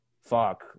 fuck